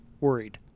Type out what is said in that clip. worried